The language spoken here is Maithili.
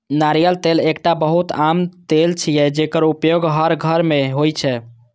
नारियल तेल एकटा बहुत आम तेल छियै, जेकर उपयोग हर घर मे होइ छै